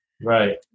Right